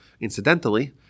Incidentally